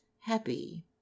happy